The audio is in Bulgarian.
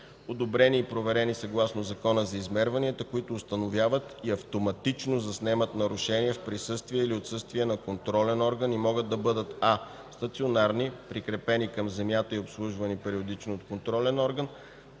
одобрени и проверени съгласно Закона за измерванията, които установяват и автоматично заснемат нарушения в присъствие или отсъствие на контролен орган и могат да бъдат: а) стационарни – прикрепени към земята и обслужвани периодично от контролен орган;